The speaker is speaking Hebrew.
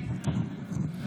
נתן